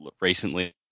recently